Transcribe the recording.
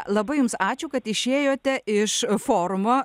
labai jums ačiū kad išėjote iš forumo